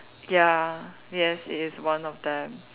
ya yes it is one of them